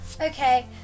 Okay